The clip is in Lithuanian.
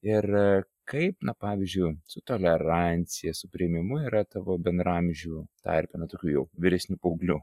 ir kaip na pavyzdžiui su tolerancija su priėmimu yra tavo bendraamžių tarpe na tokių jau vyresnių paauglių